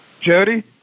Jody